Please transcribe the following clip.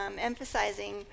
emphasizing